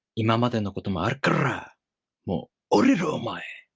imamadenokotomoarukarrra mou orrriro omae!